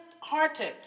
hearted